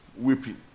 weeping